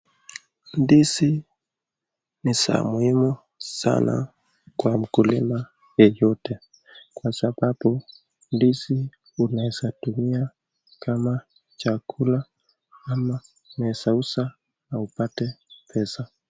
Ndizi ni za muhimu sana kwa mkulima yeyote kwa sababu ndizi unaweza tumia kama chakula ama unaweza uza na upate pesa.